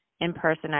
in-person